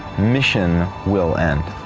mission will end.